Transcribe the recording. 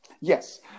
Yes